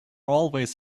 always